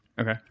Okay